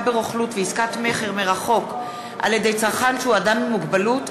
ברוכלות ועסקת מכר מרחוק על-ידי צרכן שהוא אדם עם מוגבלות,